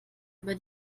über